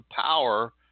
power